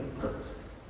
purposes